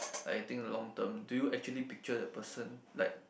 I think long term do you actually picture the person like